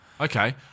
Okay